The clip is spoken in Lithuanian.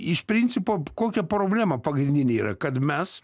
iš principo kokia problema pagrindinė yra kad mes